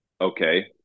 okay